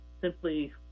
simply